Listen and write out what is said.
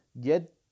get